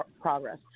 progress